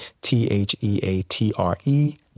T-H-E-A-T-R-E